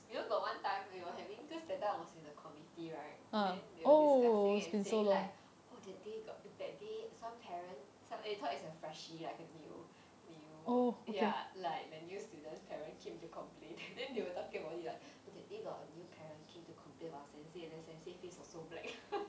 you know got one time we were having cause that time I was in the committee right then they were discussing and saying like oh that day got that day some parent so they thought it's a freshie like a new new ya like the new student parents came to complain then they were talking about oh that they got a new parent came to complain about sensei then sensei face was so black